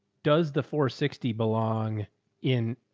does the four sixty belong in.